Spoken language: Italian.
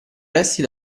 resti